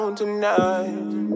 tonight